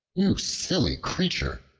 you silly creature!